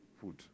food